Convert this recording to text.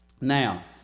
Now